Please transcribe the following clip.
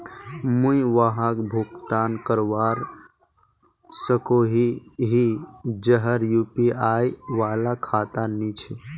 मुई वहाक भुगतान करवा सकोहो ही जहार यु.पी.आई वाला खाता नी छे?